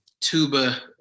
tuba